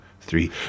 three